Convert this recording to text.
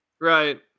Right